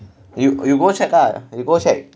you you go check lah you go check